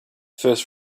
first